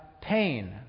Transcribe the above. pain